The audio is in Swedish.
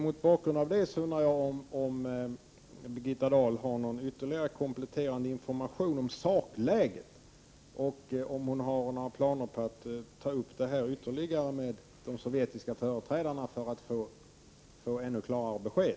Mot bakgrund av detta undrar jag om Birgitta Dahl har någon kompletterande information om sakläget, jag undrar också om hon har några planer på att ta upp detta ytterligare med de sovjetiska företrädarna för att få ännu klarare besked.